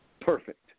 perfect